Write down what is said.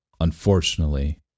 Unfortunately